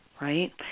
right